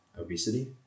Obesity